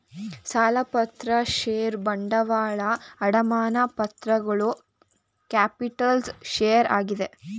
ಸಾಲಪತ್ರ ಷೇರು ಬಂಡವಾಳ, ಅಡಮಾನ ಪತ್ರಗಳು ಕ್ಯಾಪಿಟಲ್ಸ್ ಸೋರ್ಸಸ್ ಆಗಿದೆ